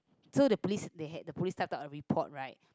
so the police they had the police type down a report right